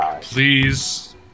please